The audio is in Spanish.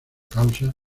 causa